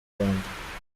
rwanda